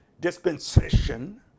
dispensation